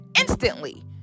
instantly